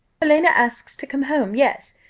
helena asks to come home yes,